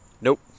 Nope